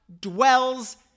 dwells